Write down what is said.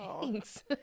thanks